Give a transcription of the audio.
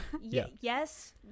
Yes